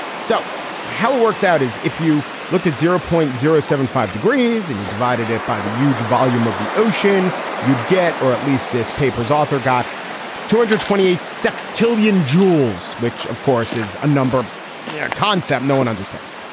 so how it works out is if you looked at zero point zero seventy five degrees and you divided it by the huge volume of the ocean you'd get or at least this paper's author got two hundred and twenty eight sextillion joules, which of course is a no concept, no one understands.